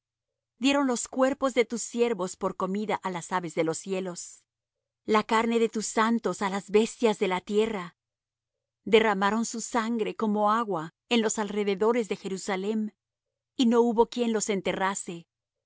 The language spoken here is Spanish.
dieron los cuerpos de tus siervos por comida á las aves de los cielos la carne de tus santos á las bestias de la tierra derramaron su sangre como agua en los alrededores de jerusalem y no hubo quien los enterrase